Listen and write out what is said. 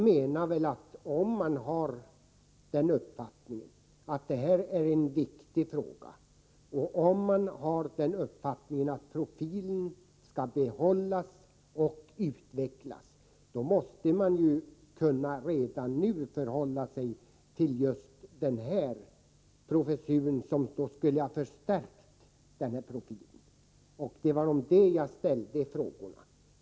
Men om man har den uppfattningen att detta är en viktig fråga och att profilen skall behållas och verksamheten skall utvecklas, då måste man redan nu kunna ta ställning till frågan om den här professuren, som ju ytterligare skulle ha markerat profilen. Det var detta min fråga gällde.